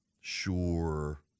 Sure